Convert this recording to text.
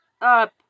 Up